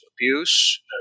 abuse